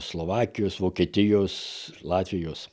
slovakijos vokietijos latvijos